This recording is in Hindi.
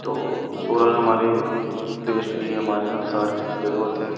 तो सोलर हमारे देश की है हमारे संसार की ज़रूरत है